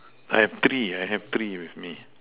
I have three I have three with me